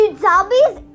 zombies